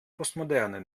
postmoderne